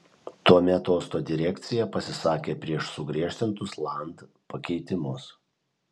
tuomet uosto direkcija pasisakė prieš sugriežtintus land pakeitimus